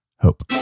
hope